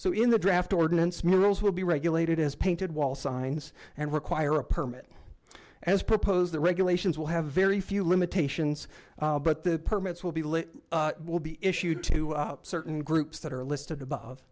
so in the draft ordinance murals will be regulated as painted wall signs and require a permit as proposed the regulations will have very few limitations but the permits will be lit will be issued to certain groups that are listed above